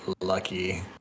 lucky